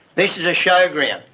this is a showground.